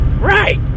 right